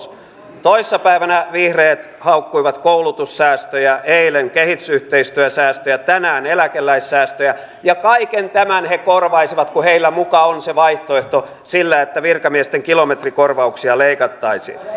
toissa päivänä vihreät haukkuivat koulutussäästöjä eilen kehitysyhteistyösäästöjä tänään eläkeläissäästöjä ja kaiken tämän he korvaisivat kun heillä muka on se vaihtoehto sillä että virkamiesten kilometrikorvauksia leikattaisiin